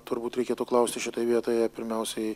turbūt reikėtų klausti šitoj vietoje pirmiausiai